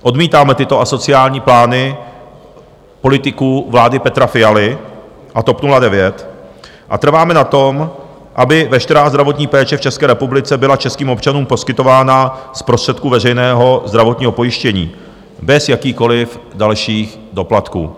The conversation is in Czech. Odmítáme tyto asociální plány politiků vlády Petra Fialy a TOP 09 a trváme na tom, aby veškerá zdravotní péče v České republice byla českým občanům poskytována z prostředků veřejného zdravotního pojištění bez jakýchkoliv dalších doplatků.